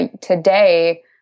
today